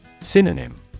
Synonym